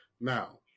Now